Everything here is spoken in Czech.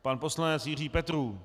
Pan poslanec Jiří Petrů.